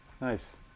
Nice